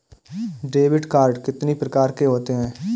Debit card कितनी प्रकार के होते हैं?